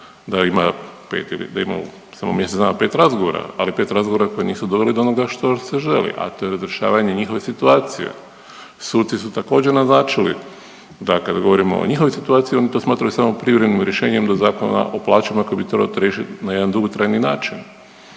je imao samo u mjesec dana 5 razgovora, ali 5 razgovora koji nisu doveli do onoga što se želi, a to je razrješavanje njihove situacije. Suci su također naznačili da kada govorimo o njihovoj situaciji oni to smatraju samo privremenim rješenjem do Zakona o plaćama koji bi trebao to riješiti na jedan dugotrajni način.